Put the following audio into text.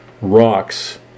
rocks